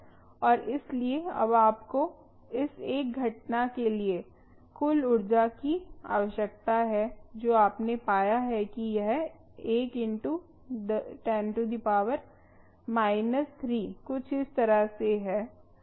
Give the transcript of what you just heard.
और इसलिए अब आपको इस एक घटना के लिए कुल ऊर्जा की आवश्यकता है जो आपने पाया है कि यह 1 × 10−3 कुछ इस तरह से है